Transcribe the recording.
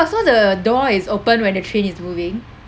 so the door is open when the train is moving